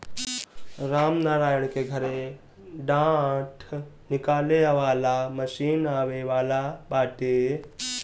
रामनारायण के घरे डाँठ निकाले वाला मशीन आवे वाला बाटे